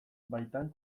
baitan